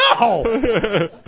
No